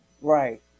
Right